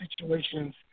situations